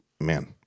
man